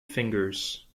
fingers